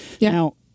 Now